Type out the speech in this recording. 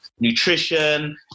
nutrition